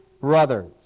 brothers